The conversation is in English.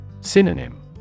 Synonym